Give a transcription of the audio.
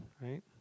right